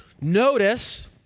Notice